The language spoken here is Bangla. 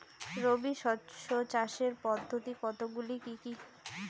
রবি শস্য চাষের পদ্ধতি কতগুলি কি কি?